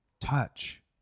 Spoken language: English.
Touch